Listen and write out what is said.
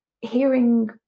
hearing